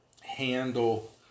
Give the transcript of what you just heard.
handle